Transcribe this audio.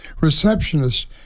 receptionist